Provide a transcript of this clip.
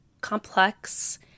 complex